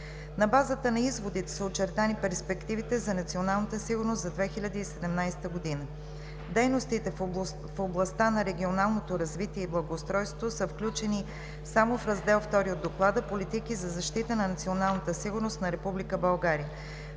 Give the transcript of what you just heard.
На базата на изводите са очертани перспективите за националната сигурност за 2017 година. Дейностите в областта на регионалното развитие и благоустройството са включени само в Раздел втори от доклада – „Политики за защита на националната сигурност на